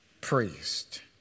priest